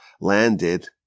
landed